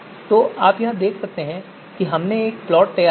तो आप देख सकते हैं कि यहां एक प्लॉट तैयार किया गया है